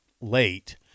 late